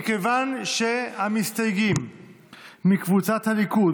מכיוון שהמסתייגים מקבוצת הליכוד,